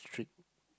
strict